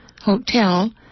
hotel